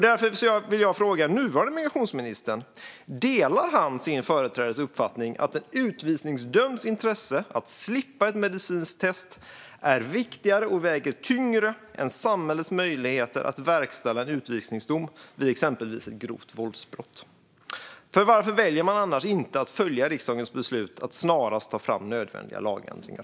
Därför vill jag fråga nuvarande migrationsministern om han delar sin företrädares uppfattning att en utvisningsdömds intresse av att slippa ett medicinskt test är viktigare och väger tyngre än samhällets möjligheter att verkställa en utvisningsdom vid exempelvis grovt våldsbrott. Varför väljer man annars inte att följa riksdagens beslut att snarast ta fram nödvändiga lagändringar?